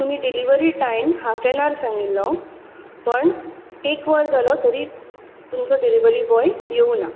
तुमी delivery time half an hour सांगिल्लो पण एक वर जालो तरी तुमचो डिलिवरी बॉइ योवूना